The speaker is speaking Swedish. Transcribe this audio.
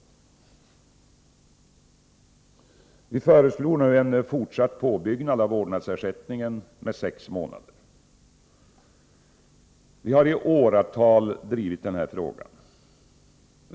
— Vi föreslår nu en fortsatt påbyggnad av vårdnadsersättningen med sex månader. I åratal har vi drivit den frågan.